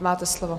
Máte slovo.